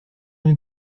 nous